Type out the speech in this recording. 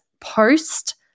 post